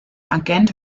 agent